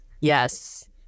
Yes